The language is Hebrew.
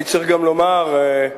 אני גם צריך לומר, להצהיר,